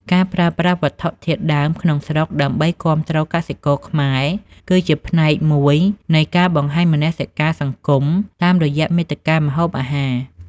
ការប្រើប្រាស់វត្ថុធាតុដើមក្នុងស្រុកដើម្បីគាំទ្រកសិករខ្មែរ គឺជាផ្នែកមួយនៃការបង្ហាញមនសិការសង្គមតាមរយៈមាតិកាម្ហូបអាហារ។